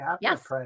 Yes